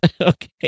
Okay